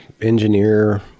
engineer